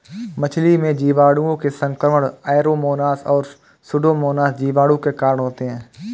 मछली में जीवाणुओं से संक्रमण ऐरोमोनास और सुडोमोनास जीवाणु के कारण होते हैं